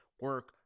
Work